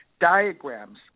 diagrams